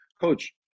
Coach